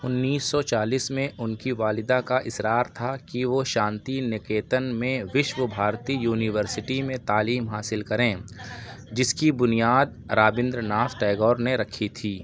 انیس سو چالیس میں ان کی والدہ کا اصرار تھا کہ وہ شانتی نکیتن میں وشو بھارتی یونیورسٹی میں تعلیم حاصل کریں جس کی بنیاد رابندر ناتھ ٹیگور نے رکھی تھی